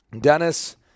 Dennis